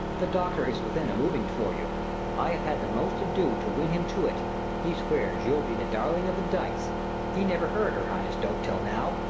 the doctor is within a moving for you i have had the most ado to win him to it he swears you'll be the darling of the dice he never heard her highness dote till now.